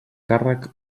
càrrec